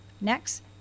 Next